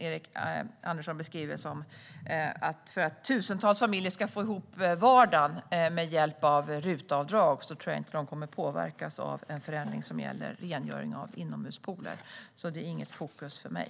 Erik Andersson beskrev det som att tusentals familjer ska få ihop vardagen med hjälp av RUT-avdrag, och jag tror inte att de kommer att påverkas av en förändring som gäller inomhuspooler. Det är alltså inget fokus för mig.